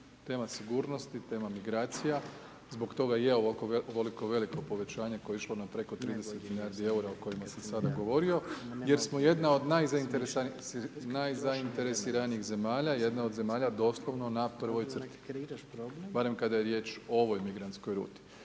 Tema sigurnosti, tema migracija, zbog toga i je ovoliko veliko povećanje koje je išlo na preko 30 milijardi EUR-a o kojima sam sad govorio, jer smo jedna od najzainteresiranijih zemalja, jedna od zemlja doslovno na prvoj crti, barem kada je riječ o ovoj migrantskoj ruti.